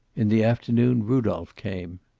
in the afternoon rudolph came.